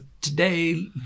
today